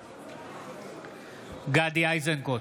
נגד גדי איזנקוט,